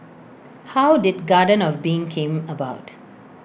how did garden of being came about